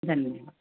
धन्यवाद